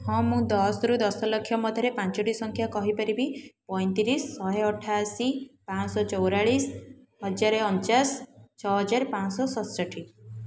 ହଁ ମୁଁ ଦଶରୁ ଦଶ ଲକ୍ଷ ମଧ୍ୟରେ ପାଞ୍ଚଟି ସଂଖ୍ୟା କହିପାରିବି ପୈଁତିରିଶ ଶହେ ଅଠାଅଶି ପାଂଶ ଚଉରାଳିଶ ହଜାର ଅଣଚାଶ ଛଅହଜାର ପାଂଶ ଶତଷଠି